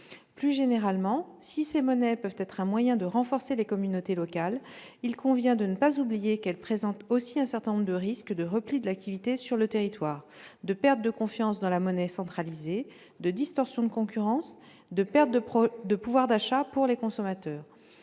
Plus généralement, si ces monnaies peuvent être un moyen de renforcer les communautés locales, il convient de ne pas oublier qu'elles présentent aussi un certain nombre de risques de repli de l'activité sur le territoire, de perte de confiance dans la monnaie centralisée, de distorsion de concurrence et de perte de pouvoir d'achat pour les consommateurs.